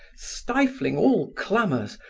stifling all clamors,